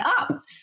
up